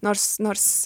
nors nors